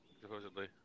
supposedly